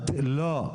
לא.